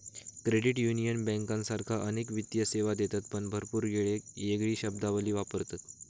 credit union बँकांसारखाच अनेक वित्तीय सेवा देतत पण भरपूर येळेक येगळी शब्दावली वापरतत